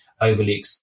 overly